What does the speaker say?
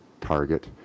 target